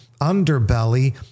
underbelly